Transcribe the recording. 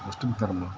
Muslim ಧರ್ಮ